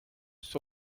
sur